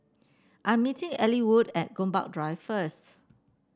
I am meeting Ellwood at Gombak Drive first